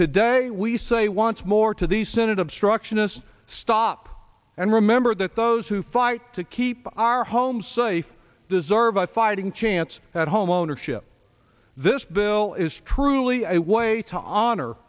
today we say once more to the senate obstructionists stop and remember that those who fight to keep our home safe deserve a fighting chance that homeownership this bill is truly a way to honor